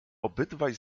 obydwaj